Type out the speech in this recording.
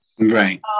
Right